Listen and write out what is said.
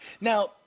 Now